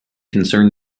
concerned